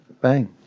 bang